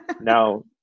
Now